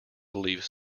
believed